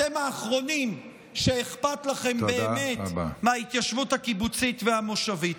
אתם האחרונים שאכפת לכם באמת מההתיישבות הקיבוצית והמושבית.